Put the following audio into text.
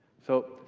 so,